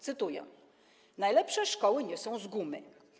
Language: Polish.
Cytuję: Najlepsze szkoły nie są z gumy.